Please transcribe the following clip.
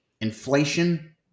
Inflation